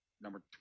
number